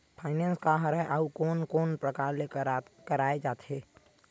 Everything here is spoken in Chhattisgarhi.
फाइनेंस का हरय आऊ कोन कोन प्रकार ले कराये जाथे?